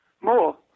more